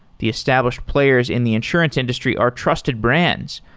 the established players in the insurance industry are trusted brands,